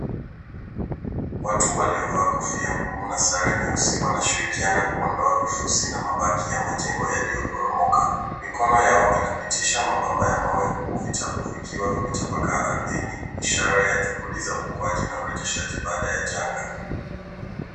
Watu waliovaa kofia ngumu na sare nyeusi wanashirikiana kuondoa vifusi na mabaki ya majengo yaliyoporomoka. Mikono yao inapitisha mabamba ya mawe huku vitabu vikiwa vimetapakaa ardhini, ishara ya juhudi za uokoaji na urejeshaji baada ya janga.